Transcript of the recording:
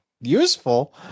useful